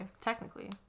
technically